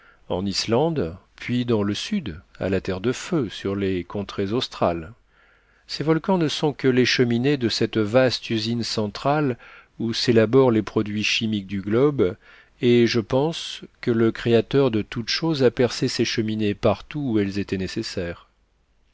en islande puis dans le sud à la terre de feu sur les contrées australes ces volcans ne sont que les cheminées de cette vaste usine centrale où s'élaborent les produits chimiques du globe et je pense que le créateur de toutes choses a percé ces cheminées partout où elles étaient nécessaires